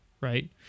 right